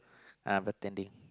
uh bartending